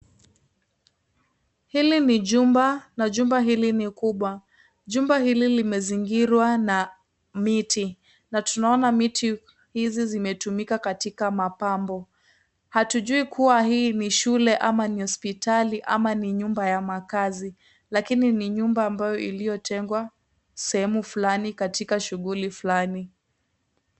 Hili ni jumba na jumba hili ni kubwa. Jumba hili limezingirwa na miti na tunaona miti hizi zimetumika katika mapambo. Hatujui kuwa hii ni shule ama ni hospitali ama ni nyumba ya makazi lakini ni nyumba iliyotengwa sehemu fulani katika shughuli fulani.